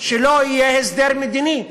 שלא יהיה הסדר מדיני.